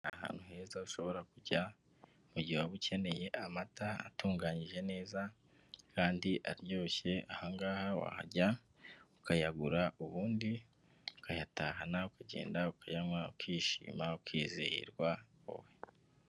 Ni ahantu heza ushobora kujya mu mu gihe waba ukeneye amata atunganyije neza kandi aryoshye, aha ngaha wahajya ukayagura ubundi ukayatahana ukagenda ukayanywa ukishima ukizihirwa wowe.